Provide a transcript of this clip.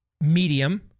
medium